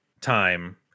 time